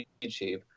youtube